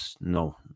no